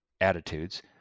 attitudes